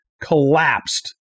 collapsed